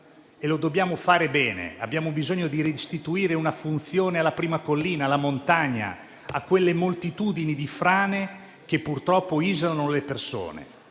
e lo dobbiamo fare bene. Abbiamo bisogno di restituire una funzione alla prima collina, alla montagna, a quelle moltitudini di frane che purtroppo isolano le persone.